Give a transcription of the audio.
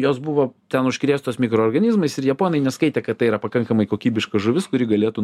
jos buvo ten užkrėstos mikroorganizmais ir japonai neskaitė kad tai yra pakankamai kokybiška žuvis kuri galėtų